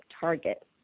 target